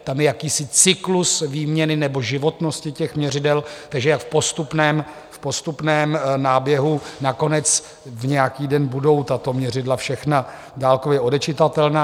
Tam je jakýsi cyklus výměny nebo životnosti těch měřidel, takže v postupném náběhu nakonec v nějaký den budou tato měřidla všechna dálkově odečitatelná.